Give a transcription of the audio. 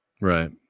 right